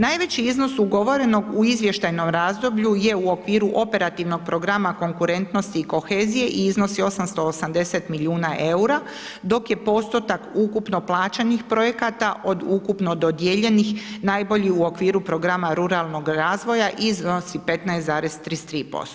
Najveći iznos ugovorenog u izvještajnom razdoblju je u okviru operativnog programa konkurentnosti i kohezije i iznosi 880 milijuna eura dok je postotak ukupno plaćenih projekata od ukupno dodijeljenih najbolji u okviru programa ruralnog razvoja, iznosi 15,33%